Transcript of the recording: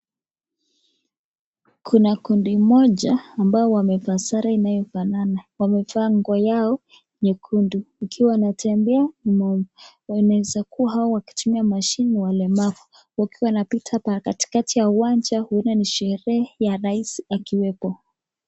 Kuna kundi moja ambao wamevaa sare iliyo fanana. Wamevaa nguo yao nyekundu wakiwa wanatembea pamoja. Inaeza kuwanhawa wanatumia mashine ni walemavu wakiwa wanapita katikati ya uwanja ni sherehe rais akiwepo.